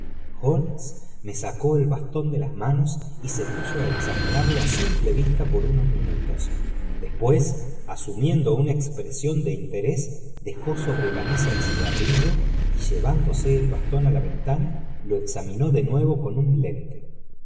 holmes me sacó el bastón dé las manos y se puso á examinarlo á simple vista por unoj minutos después asumiendo una expresión de interés dejó sobre la mesa el cigarrillo y jyándose el bastóp á la ventana lo examinó de nuevo con níp lente